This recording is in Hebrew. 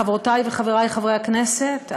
חברותי וחברי חברי הכנסת,